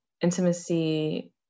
Intimacy